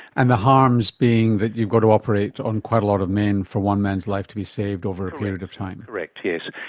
and the harms being that you've got to operate on quite a lot of men for one man's life to be saved over a period of time. correct, yes.